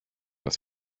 das